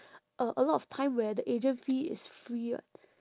a a lot of time where the agent fee is free [what]